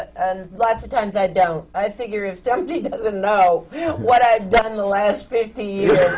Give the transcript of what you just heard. and lots of times, i don't. i figure if somebody doesn't know what i've done the last fifty